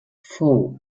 fou